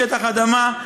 שטח אדמה,